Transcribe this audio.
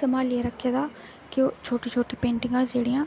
संभालियै रक्खे दा कि शोटी शोटी पेंटिंगां जेह्ड़ियां